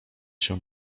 się